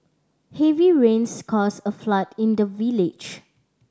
heavy rains caused a flood in the village